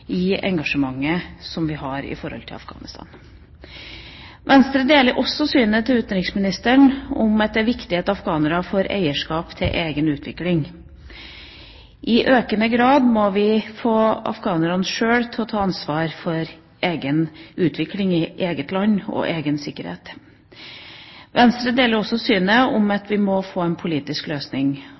i engasjementet som vi har i forholdet til Afghanistan. Venstre deler også synet til utenriksministeren, at det er viktig at afghanerne får eierskap til egen utvikling. I økende grad må vi få afghanerne sjøl til å ta ansvar for egen utvikling i eget land og for egen sikkerhet. Venstre er også enig i at vi må få en politisk løsning.